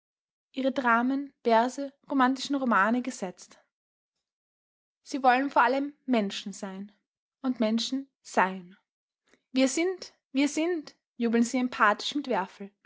ihre dramen verse romantischen romane gesetzt sie wollen vor allem menschen sein und menschen sein wir sind wir sind jubeln sie emphatisch mit